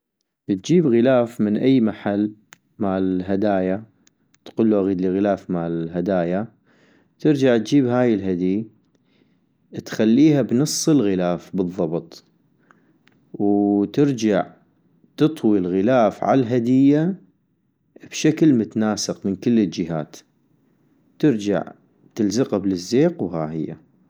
اتجيب غلاف من أي محل مال هدايا، تقلو اغيدلي غلاف مال هدايا - ترجع اتجيب هاي الهدي تخليها بنص الغلاف بالضبط، وارجع تطوي الغلاف عالهدية بشكل متناسق من كل الجهات - ترجع تلزقا بلزيق وهاي هيه